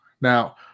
Now